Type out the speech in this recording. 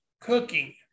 cooking